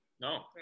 No